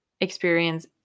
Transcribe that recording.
experience